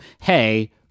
hey